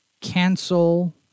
cancel